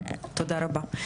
תודה רבה.